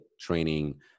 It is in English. training